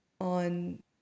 on